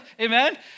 Amen